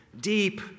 deep